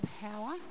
power